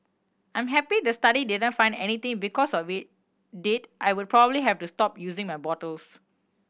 I'm happy the study didn't find anything because of it did I would probably have to stop using my bottles